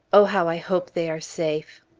oh, how i hope they are safe.